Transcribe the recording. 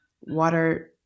water